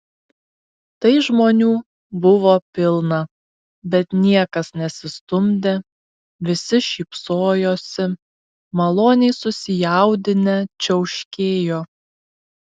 tai žmonių buvo pilna bet niekas nesistumdė visi šypsojosi maloniai susijaudinę čiauškėjo